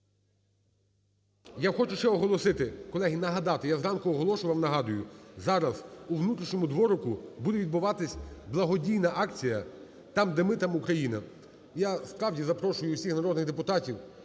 Я хочу ще оголосити, колеги, нагадати, я зранку оголошував і нагадаю. Зараз у внутрішньому дворику буде відбуватися благодійна акція "Там, де ми – там Україна!". Я справді запрошую всіх народних депутатів,